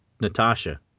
Natasha